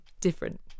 different